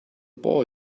boy